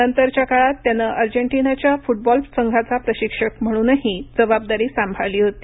नंतरच्या काळात त्यानं अजॅटिनाच्या फुटबॉल संघाचा प्रशिक्षक म्हणूनही जबाबदारी सांभाळली होती